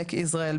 בעמק יזרעאל,